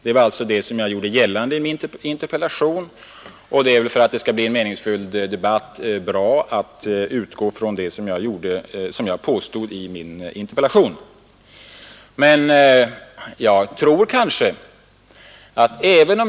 För att det skall bli en meningsfylld debatt är det bra om herr Aspling utgår ifrån vad jag påstod i min interpellation.